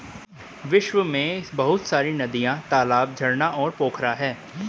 विश्व में बहुत सारी नदियां, तालाब, झरना और पोखरा है